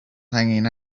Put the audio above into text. hanging